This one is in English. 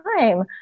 time